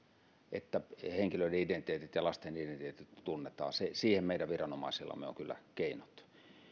että henkilöiden identiteetit ja lasten identiteetit tunnetaan siihen meidän viranomaisillamme on kyllä keinot